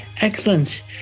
Excellent